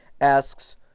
asks